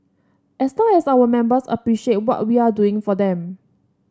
as long as our members appreciate what we are doing for them